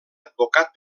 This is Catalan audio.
advocat